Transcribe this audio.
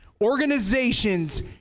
organizations